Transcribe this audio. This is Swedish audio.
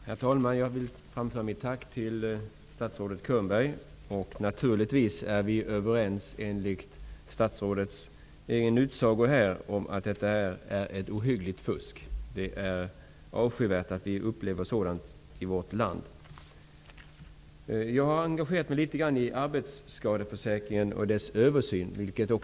Herr talman! Jag framför mitt tack till statsrådet Könberg. Naturligtvis är vi överens enligt statsrådets utsaga här om att det förekommer ett ohyggligt fusk. Det är avskyvärt att vi får uppleva sådant i vårt land. Jag har engagerat mig litet grand i arbetsskadeförsäkringen och översynen av densamma.